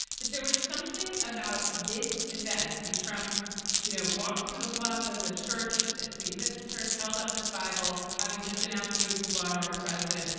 but there was something about this event when trump you know walked through the positive, the church, the episcopal church held up this bible, having just announced that he was the law and order president,